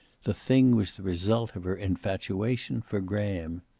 the thing was the result of her infatuation for graham.